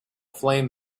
flame